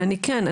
ואני כן,